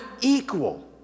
equal